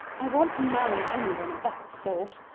i won't marry any one of that sort.